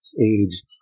age